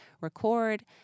record